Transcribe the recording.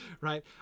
right